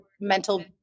mental